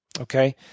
Okay